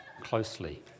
closely